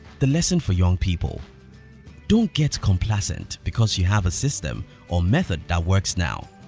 the lesson for young people don't get complacent because you have a system or method that works now.